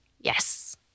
Yes